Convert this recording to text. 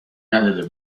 نداده